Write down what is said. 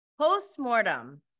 Post-mortem